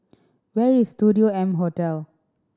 where is Studio M Hotel